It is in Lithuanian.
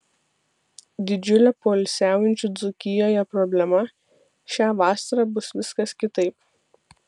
didžiulė poilsiaujančių dzūkijoje problema šią vasarą bus viskas kitaip